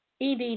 ED